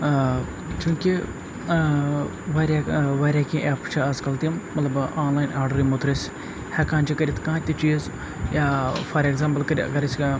ٲں چوٗنٛکہِ ٲں واریاہ ٲں واریاہ کیٚنٛہہ ایپٕس چھِ آزکَل تِم مطلب آنلاین آرڈَر یِمُو تھرٛوٗ أسۍ ہیٚکان چھِ کٔرِتھ کانٛہہ تہِ چیٖز یا فار ایٚگزامپٕل کٔرِتھ اگر أسۍ